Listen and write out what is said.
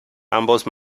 ambos